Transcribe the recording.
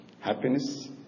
Happiness